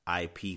IP